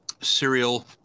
serial